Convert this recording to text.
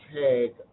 tag